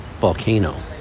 volcano